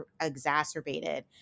exacerbated